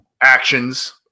actions